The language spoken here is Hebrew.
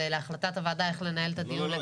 אז להחלטת הוועדה איך לנהל את הדיון.